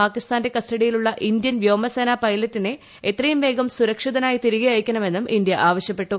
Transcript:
പാകിസ്ഥാന്റെ കസ്റ്റഡിയിലുള്ള ഇന്ത്യൻ വ്യോമസേനാ പൈലറ്റിനെ എത്രയും വേഗം സുരക്ഷിതനായി തിരികെ അയയ്ക്കണമെന്നും ഇന്ത്യ ആവശ്യപ്പെട്ടു